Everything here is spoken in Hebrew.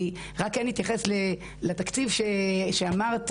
אני רק כן אתייחס לתקציב שדיברת עליו,